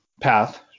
path